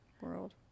World